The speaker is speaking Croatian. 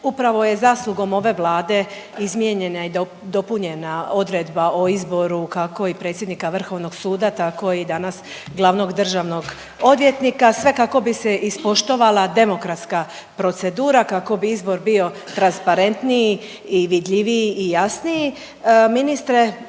upravo je zaslugom ove Vlade izmijenjena i dopunjena odredba o izboru kako i predsjednika Vrhovnog suda tako i danas glavnog državnog odvjetnika sve kako bi se ispoštovala demokratska procedura, kako bi izbor bio transparentniji i vidljiviji i jasniji.